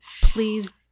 please